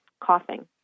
coughing